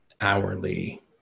hourly